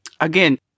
Again